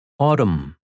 Autumn